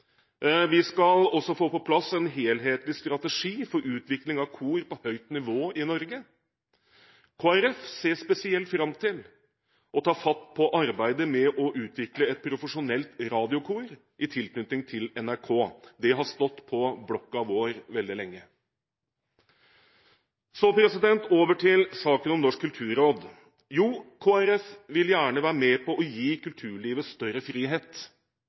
Vi skal også få på plass en helhetlig strategi for utvikling av kor på høyt nivå i Norge. Kristelig Folkeparti ser spesielt fram til å ta fatt på arbeidet med å utvikle et profesjonelt radiokor i tilknytning til NRK. Det har stått på blokka vår veldig lenge. Så over til saken om Norsk kulturråd. Kristelig Folkeparti vil gjerne være med på å gi kulturlivet større frihet.